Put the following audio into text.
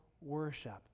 worship